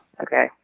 Okay